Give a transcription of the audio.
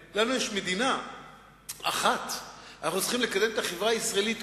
למינוי שופטים אין ייצוג של מערכת מאוד חשובה של מערכת המשפט,